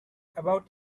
about